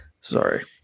Sorry